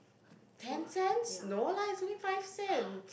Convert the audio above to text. ten cents no lah it's only five cent